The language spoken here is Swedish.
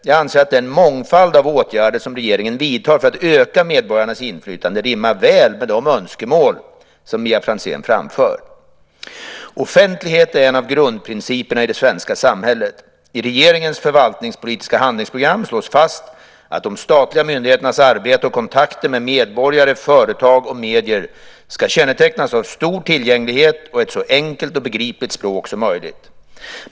Jag anser att den mångfald av åtgärder som regeringen vidtar för att öka medborgarnas inflytande rimmar väl med de önskemål som Mia Franzén framför. Offentlighet är en av grundprinciperna i det svenska samhället. I regeringens förvaltningspolitiska handlingsprogram slås fast att de statliga myndigheternas arbete och kontakter med medborgare, företag och medier ska kännetecknas av stor tillgänglighet och ett så enkelt och begripligt språk som möjligt.